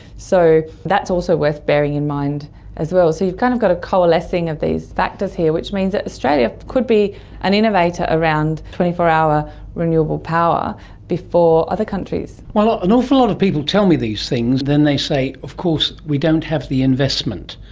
so that's also worth bearing in mind as well. so you've kind of got a coalescing of these factors here, which means ah australia could be an innovator around twenty four hour renewable power before other countries. an awful lot of people tell me these things, then they say, of course, we don't have the investment.